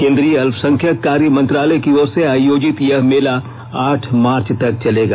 केन्द्रीय अल्पसंख्यक कार्य मंत्रालय की ओर से आयोजित यह मेला आठ मार्च तक चलेगा